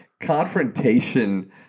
confrontation